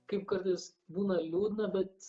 kaip kartais būna liūdna bet